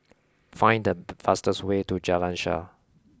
find the fastest way to Jalan Shaer